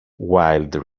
wild